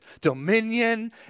dominion